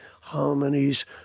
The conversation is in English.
harmonies